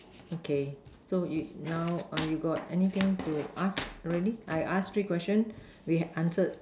okay so you now err you got anything to ask already I ask three question we answered